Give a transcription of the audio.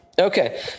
Okay